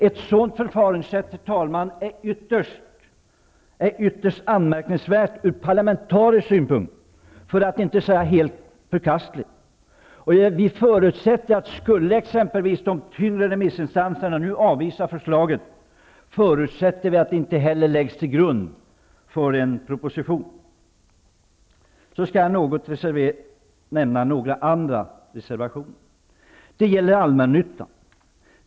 Ett sådant förfaringssätt, herr talman, är ytterst anmärkningsvärt ur parlamentarisk synpunkt, för att inte säga helt förkastligt. Skulle exempelvis de tyngre remissinstanserna nu avvisa förslaget, förutsätter vi att det inte heller läggs till grund för en proposition. Jag skall nämna några andra reservationer. Det gäller allmännyttan.